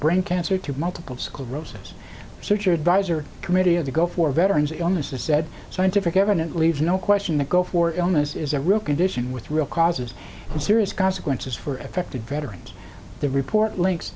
brain cancer to multiple sclerosis researcher advisor committee of the gulf war veterans illnesses said scientific evidence leaves no question that gulf war illness is a real condition with real causes and serious consequences for effective veterans the report links